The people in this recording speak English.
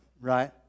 Right